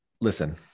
listen